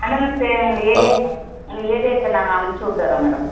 madam சரி உங்கள் area உங்கள் ஏரியாவுக்கு நாங்கள் அமுபிச்சி விட்டுறோம் மேடம்